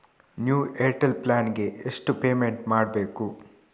New Airtel plan ಗೆ ಎಷ್ಟು payment ಮಾಡ್ಬೇಕು?